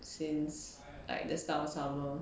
since like the start of summer